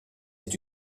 est